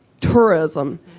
tourism